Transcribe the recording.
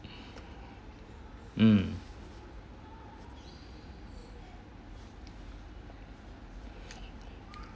mm